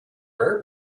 rare